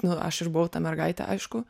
nu aš ir buvau ta mergaitė aišku